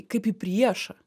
kaip į priešą